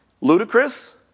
ludicrous